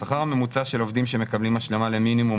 השכר הממוצע של עובדים שמקבלים השלמה למינימום,